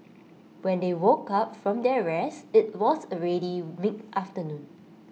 when they woke up from their rest IT was already mid afternoon